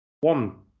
One